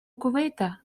кувейта